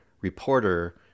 reporter